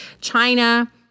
China